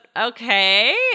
okay